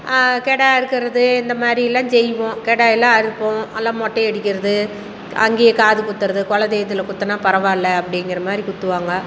கெடா அறுக்கறது இந்தமாதிரிலாம் செய்வோம் கெடாயெல்லாம் அறுப்போம் அல்லாம் மொட்டை அடிக்கிறது அங்கே காது குத்துறது குல தெய்வத்தில் குத்துனா பரவாயில்ல அப்படிங்கிறமாரி குத்துவாங்க